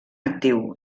actiu